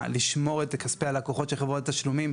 לשמור את כספי הלקוחות של חברות תשלומים,